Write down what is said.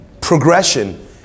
progression